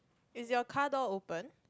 is your car door open